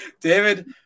David